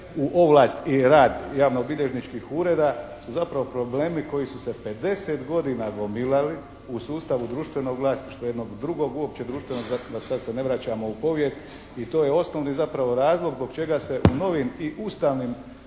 u ovlast i rad javnobilježničkih ureda su zapravo problemi koji su se 50 godina gomilali u sustavu društvenog vlasništva jednog drugog uopće društvenog da sada se ne vraćamo u povijest i to je osnovni zapravo razlog zbog čega se u novim i ustavnim